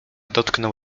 dotknął